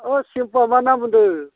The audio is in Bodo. ओइ सिम्फुआ मा नाम होनदों